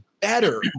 better